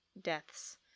deaths